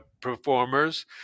performers